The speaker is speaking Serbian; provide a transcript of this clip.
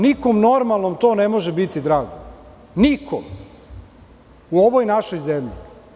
Nikom normalnom ovo ne može biti drago, nikom u ovoj našoj zemlji.